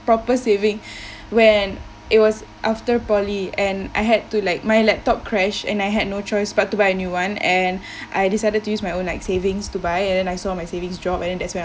proper saving when it was after poly and I had to like my laptop crashed and I had no choice but to buy new one and I decided to use my own like savings to buy and then I saw my savings drop and then that's when